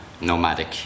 nomadic